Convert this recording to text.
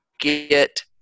get